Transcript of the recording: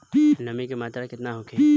नमी के मात्रा केतना होखे?